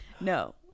No